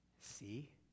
see